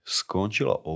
skončila